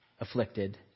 afflicted